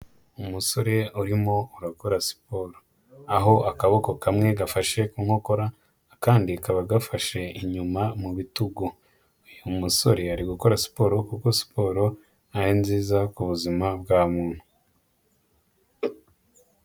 Umusore urimo urakora siporo. Aho akaboko kamwe gafashe ku nkokora, akandi kaba gafashe inyuma mu bitugu. Uyu musore ari gukora siporo kuko siporo ari nziza ku buzima bwa muntu.